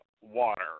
water